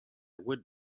would